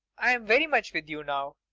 i'm very much with you now.